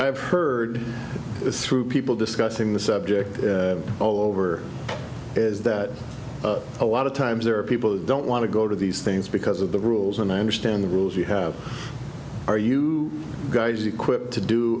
i've heard it through people discussing the subject all over is that a lot of times there are people who don't want to go to these things because of the rules and i understand the rules you have are you guys equipped to do